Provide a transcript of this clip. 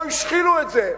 פה השחילו את זה,